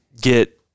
get